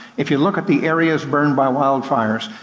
if you look at the areas burned by wild fires.